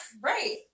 Right